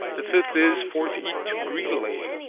the fifth is, for to eat too greedily.